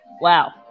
Wow